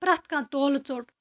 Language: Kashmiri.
پرٛٮ۪تھ کانٛہہ تولہٕ ژوٚٹ